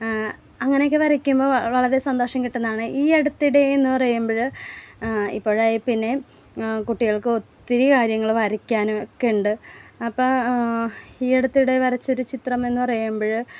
അങ്ങനെയൊക്കെ വരയ്ക്കുമ്പോൾ വളരെ സന്തോഷം കിട്ടുന്നതാണ് ഈ അടുത്തിടെ എന്ന് പറയുമ്പോൾ ഇപ്പോഴായി പിന്നെ കുട്ടികൾക്ക് ഒത്തിരി കാര്യങ്ങൾ വരയ്ക്കാനും ഒക്കെ ഉണ്ട് അപ്പം ഈ അടുത്തിടെ വരച്ചൊരു ചിത്രം എന്ന് പറയുമ്പോൾ